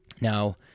Now